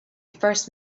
first